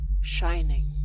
shining